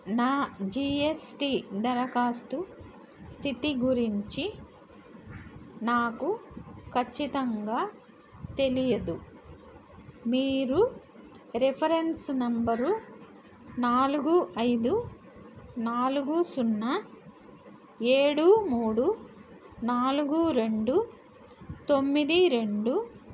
నా జీఎస్టీ దరఖాస్తు స్థితి గురించి నాకు ఖచ్చితంగా తెలియదు మీరు రిఫరెన్స్ నెంబరు నాలుగు ఐదు నాలుగు సున్నా ఏడు మూడు నాలుగు రెండు తొమ్మిది రెండు